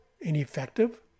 ineffective